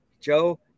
Joe